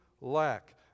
lack